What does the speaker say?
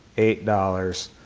eight dollars!